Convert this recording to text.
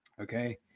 Okay